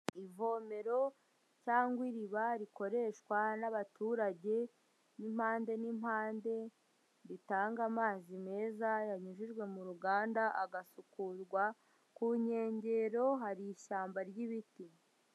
Ivomero cyangwa iriba rikoreshwa n'abaturage b'impande n'impande, ritanga amazi meza yanyujijwe mu ruganda agasukurwa, ku nkengero hari ishyamba ry'ibiti.